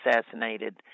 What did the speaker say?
assassinated